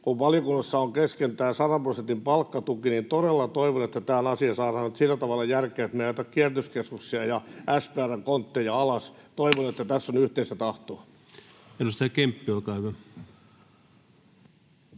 Kun valiokunnassa on kesken tämä 100 prosentin palkkatuki, niin todella toivon, että tähän asiaan saadaan nyt sillä tavalla järkeä, ettei me ajeta kierrätyskeskuksia ja SPR:n Kontteja alas. Toivon, että tässä on yhteistä tahtoa. Edustaja Kemppi, olkaa hyvä.